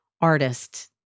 artist